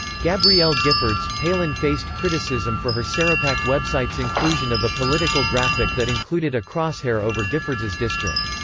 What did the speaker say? gabrielle giffords, palin faced criticism for her sarahpac website's inclusion of a political graphic that included a crosshair over giffords's district.